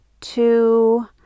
two